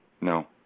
no